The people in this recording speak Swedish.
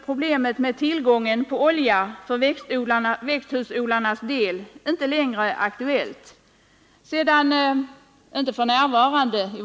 Problemet med tillgången på olja för växthusodlarnas del är emellertid inte aktuellt för närvarande.